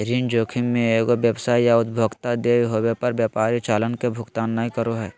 ऋण जोखिम मे एगो व्यवसाय या उपभोक्ता देय होवे पर व्यापारी चालान के भुगतान नय करो हय